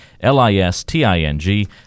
L-I-S-T-I-N-G